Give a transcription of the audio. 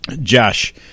Josh